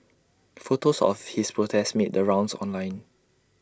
photos of his protest made the rounds online